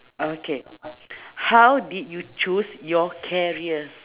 okay how did you choose your career